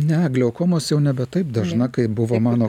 ne gliaukomos jau nebe taip dažna kaip buvo mano